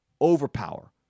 overpower